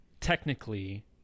technically